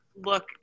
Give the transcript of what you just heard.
look